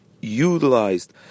utilized